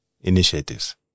initiatives